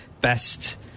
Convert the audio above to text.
best